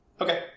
Okay